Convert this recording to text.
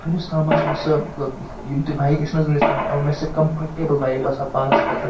ونیٛک تام چھِ مےٚ سۄ مطلب یِم تہِ بایک ٲسۍ نَہ حظ وُنیٛک تام مےٚ چھِ سۄ کَمفٲرٹیبٕل بایک باسان پانَس خٲطرٕ